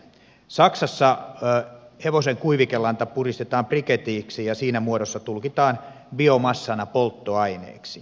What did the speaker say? saksassa hevosen kuivikelanta puristetaan briketeiksi ja siinä muodossa tulkitaan biomassana polttoaineeksi